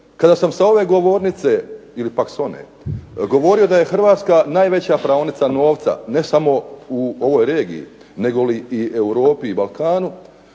Kada sam s ove govornice ili pak s one govorio da je Hrvatska najveća praonica novca ne samo u ovoj regiji, negoli u Europi i svijetu,